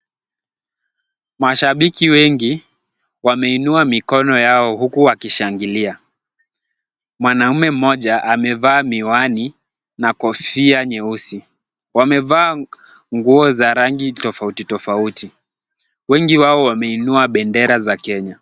Mashabiki wengi wameinua mikono yao huku wakishangilia. Mwanaume mmoja amevaa miwani na kofia nyeusi. Wamevaa nguo za rangi tofauti tofauti. Wengi wao wameinua bendera za Kenya.